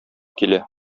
килә